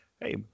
Hey